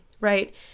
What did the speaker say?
right